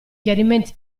chiarimenti